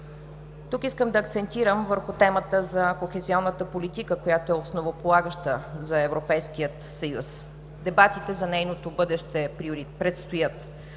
Тук искам да акцентирам върху темата за кохезионната политика, която е основополагаща за Европейския съюз. Дебатите за нейното бъдеще предстоят.